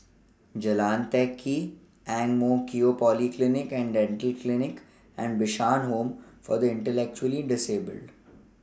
Jalan Teck Kee Ang Mo Kio Polyclinic and Dental Clinic and Bishan Home For The Intellectually Disabled